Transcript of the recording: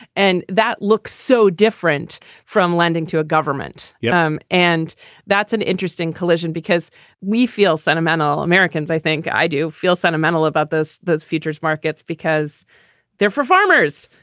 and that looks so different from lending to a government. yeah. um and that's an interesting collision because we feel sentimental americans. i think i do feel sentimental about this. those futures markets because they're for farmers.